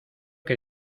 que